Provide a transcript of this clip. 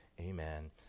Amen